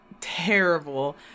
Terrible